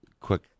quick